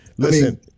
Listen